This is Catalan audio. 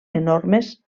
enormes